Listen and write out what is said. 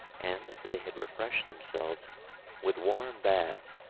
and they had refreshed themselves with warm baths,